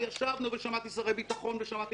וישבנו ושמעתי שרי הביטחון ושמעתי